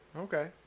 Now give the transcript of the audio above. Okay